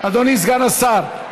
אדוני סגן השר,